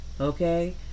Okay